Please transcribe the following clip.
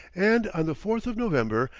and on the fourth of november,